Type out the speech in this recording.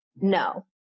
No